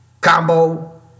Combo